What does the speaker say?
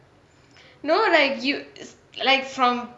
no like you like from